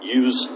use